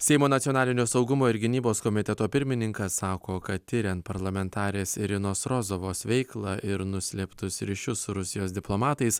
seimo nacionalinio saugumo ir gynybos komiteto pirmininkas sako kad tiriant parlamentarės irinos rozovos veiklą ir nuslėptus ryšius su rusijos diplomatais